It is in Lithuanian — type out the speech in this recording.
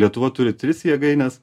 lietuva turi tris jėgaines